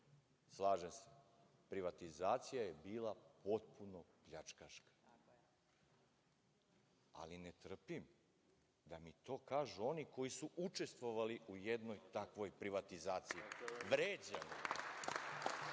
slažem se, privatizacija je bila potpuno pljačkaška, ali ne trpim da mi to kažu oni koji su učestvovali u jednoj takvoj privatizaciji. Vređa